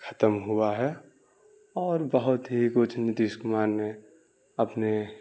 ختم ہوا ہے اور بہت ہی کچھ نتیش کمار نے اپنے